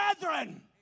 brethren